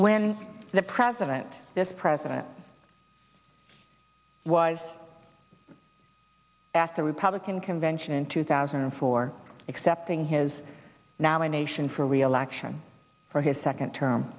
when the president this president was asked the republican convention in two thousand and four accepting his nomination for reelection for his second term